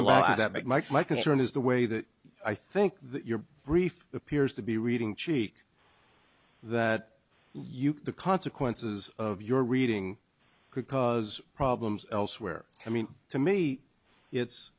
that makes my concern is the way that i think that your brief appears to be reading cheek that you the consequences of your reading could cause problems elsewhere i mean to me it's